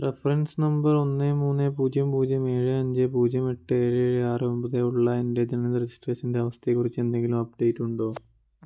reference number ഒന്ന് മൂന്ന് പൂജ്യം പൂജ്യം ഏഴ് അഞ്ച് പൂജ്യം എട്ട് ഏഴ് ഏഴ് ആറ് ഒമ്പത് ഉള്ള എൻ്റെ ജനന രജിസ്ട്രേഷൻ്റെ അവസ്ഥയെക്കുറിച്ച് എന്തെങ്കിലും അപ്ഡേറ്റുണ്ടോ